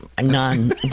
none